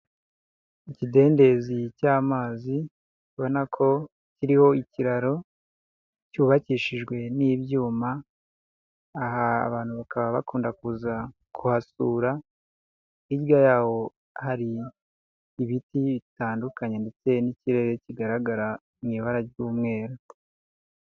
Ikidendezi cy'amazi ubona ko kiriho ikiraro cyubakishijwe n'ibyuma, aha abantu bakaba bakunda kuza kuhasura, hirya yaho hari ibiti bitandukanye ndetse n'ikirere kigaragara mu ibara ry'umweru.